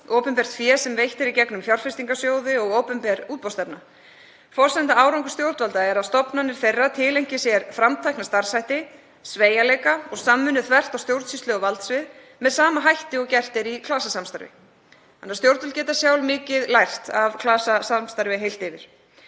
opinbert fé sem veitt er í gegnum fjárfestingarsjóði og opinber útboðsstefna. Forsenda árangurs stjórnvalda er að stofnanir þeirra tileinki sér framsækna starfshætti, sveigjanleika og samvinnu þvert á stjórnsýslu og valdsvið með sama hætti og gert er í klasasamstarfi. Stjórnvöld geta sjálf mikið lært af klasasamstarfi heilt yfir.